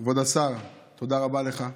כבוד השר, תודה רבה לך.